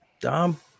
Dom